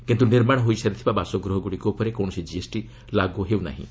କିନ୍ତୁ ନିର୍ମାଣ ହୋଇସାରିଥିବା ବାସଗୃହ ଉପରେ କୌଣସି ଜିଏସ୍ଟି ଲାଗୁ ହେଉ ନାହିଁ